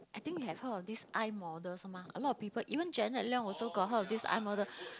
I think you have heard of this iModel 是吗 a lot of people even Janet-Leong also got heard of this iModel